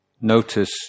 notice